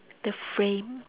the frame